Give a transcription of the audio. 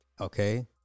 Okay